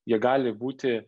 jie gali būti